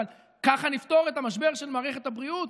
אבל ככה נפתור את המשבר של מערכת הבריאות?